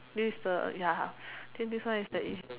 this is the ya I think this one is the